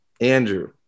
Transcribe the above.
Andrew